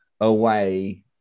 away